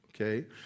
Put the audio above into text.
Okay